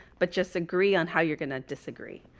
but just agree on how you're going to disagree.